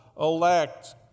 elect